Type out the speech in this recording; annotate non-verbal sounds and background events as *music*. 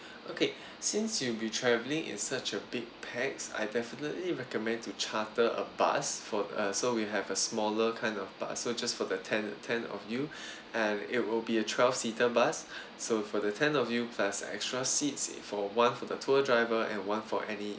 okay since you'll be travelling in such a big pax I definitely recommend to charter a bus for uh so we have a smaller kind of bus so just for the ten ten of you *breath* and it will be a twelve seater bus *breath* so for the ten of you plus extra seats for one for the tour driver and one for any